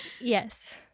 Yes